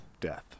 Death